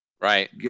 Right